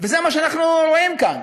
וזה מה שאנחנו רואים כאן.